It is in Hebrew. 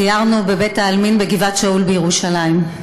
סיירתי בבית-העלמין בגבעת שאול בירושלים.